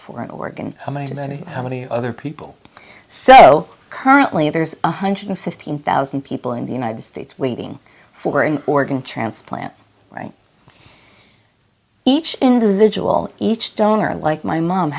for an organ amount of money how many other people so currently there's one hundred fifteen thousand people in the united states waiting for an organ transplant right each individual each donor like my mom